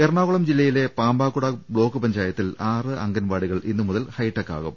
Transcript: എറണാകുളം ജില്ലയിലെ പാമ്പാക്കുട ബ്ലോക്ക് പഞ്ചാ യത്തിൽ ആറ് അംഗൻവാടികൾ ഇന്നുമുതൽ ഹൈടെക് ആകും